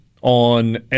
on